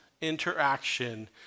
interaction